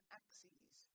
axes